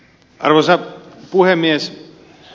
arvoisa puhemies